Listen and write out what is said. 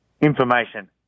information